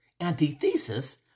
Antithesis